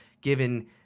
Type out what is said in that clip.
given